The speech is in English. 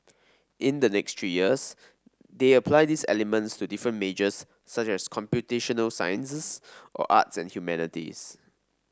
in the next three years they apply these elements to different majors such as computational sciences or arts and humanities